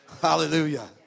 Hallelujah